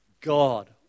God